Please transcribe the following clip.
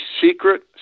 secret